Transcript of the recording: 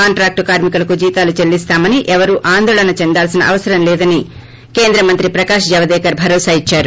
contract కార్మికులకు జీతాలు చెల్లిస్తామని ఎవరూ ఆందోళన చెందాల్సిన అవసరం లేదని కేంద్ర మంత్రి ప్రకాష్ జవదేకర్ భరోసా ఇచ్చారు